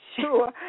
sure